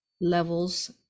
levels